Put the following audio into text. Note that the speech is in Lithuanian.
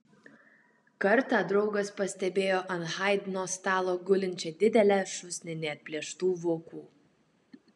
kartą draugas pastebėjo ant haidno stalo gulinčią didelę šūsnį neatplėštų vokų